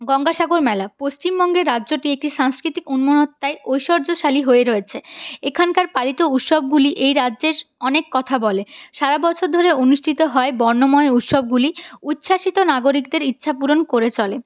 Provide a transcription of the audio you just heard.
গঙ্গাসাগর মেলা পশ্চিমবঙ্গের রাজ্যটি একটি সাংস্কৃতিক অন্য মাত্রায় ঐশ্বর্যশালী হয়ে রয়েছে এখানকার পালিত উৎসবগুলি এই রাজ্যের অনেক কথা বলে সারা বছর ধরে অনুষ্ঠিত হয় বর্ণময় উৎসবগুলি উচ্ছাসিত নাগরিকদের ইচ্ছা পূরণ করে চলে